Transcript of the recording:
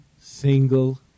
single